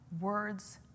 Words